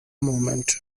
movement